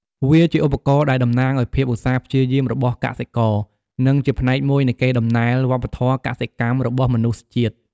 វាជាឧបករណ៍ដែលតំណាងឱ្យភាពឧស្សាហ៍ព្យាយាមរបស់កសិករ និងជាផ្នែកមួយនៃកេរដំណែលវប្បធម៌កសិកម្មរបស់មនុស្សជាតិ។